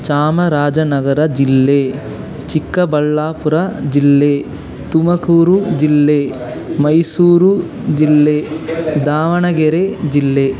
ಚಾಮರಾಜನಗರ ಜಿಲ್ಲೆ ಚಿಕ್ಕಬಳ್ಳಾಪುರ ಜಿಲ್ಲೆ ತುಮಕೂರು ಜಿಲ್ಲೆ ಮೈಸೂರು ಜಿಲ್ಲೆ ದಾವಣಗೆರೆ ಜಿಲ್ಲೆ